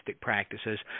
practices